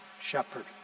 shepherd